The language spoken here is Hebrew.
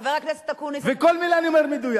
חבר הכנסת אקוניס, אתה מדבר